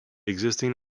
existing